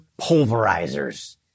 pulverizers